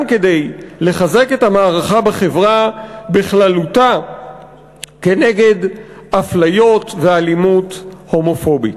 כדי לחזק את המערכה בחברה בכללותה כנגד הפליות ואלימות הומופובית.